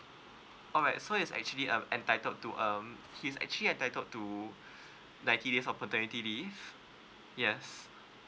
alright so it's actually um entitled to um he's actually entitled to ninety days of paternity leave yes